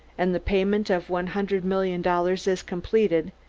and the payment of one hundred million dollars is completed,